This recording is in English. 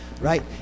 right